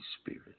Spirit